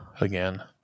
again